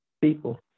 People